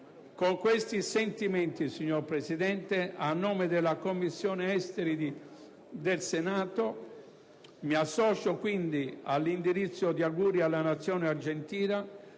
Con questi sentimenti, a nome della Commissione affari esteri del Senato, mi associo quindi all'indirizzo di auguri alla Nazione argentina